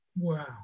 Wow